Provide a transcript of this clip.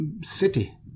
city